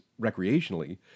recreationally